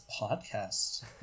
podcast